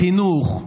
בחינוך,